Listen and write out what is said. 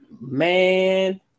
man